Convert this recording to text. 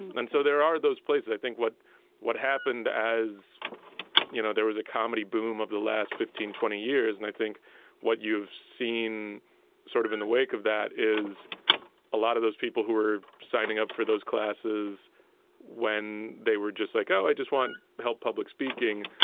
and so there are those places, i think what what happened as you know, there was a comedy boom of the last fifteen, twenty years. and i think what you've seen sort of in the wake of that is a lot of those people who are signing up for those classes when they were just like, oh, i just want help public speaking.